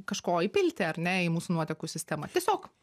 kažko įpilti ar ne į mūsų nuotekų sistemą tiesiog